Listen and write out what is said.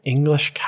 English